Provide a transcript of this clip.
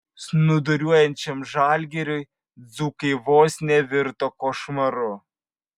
snūduriuojančiam žalgiriui dzūkai vos nevirto košmaru